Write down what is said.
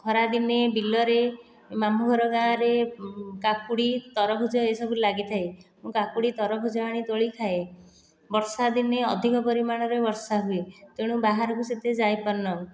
ଖରା ଦିନେ ବିଲରେ ମାମୁଁ ଘର ଗାଁରେ କାକୁଡ଼ି ତରଭୁଜ ଏସବୁ ଲାଗିଥାଏ ମୁଁ କାକୁଡ଼ି ତରଭୁଜ ଆଣି ତୋଳି ଖାଏ ବର୍ଷା ଦିନେ ଅଧିକ ପରିମାଣରେ ବର୍ଷା ହୁଏ ତେଣୁ ବାହାରକୁ ସେତେ ଯାଇ ପାରୁନାହିଁ